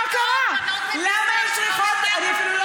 זה לא נכון.